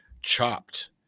Chopped